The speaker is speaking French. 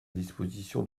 disposition